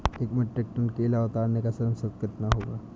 एक metric ton केला उतारने का श्रम शुल्क कितना होगा?